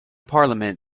parliament